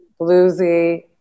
bluesy